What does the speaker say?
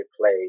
play